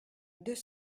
deux